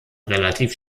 relativ